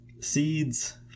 Seeds